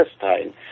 Palestine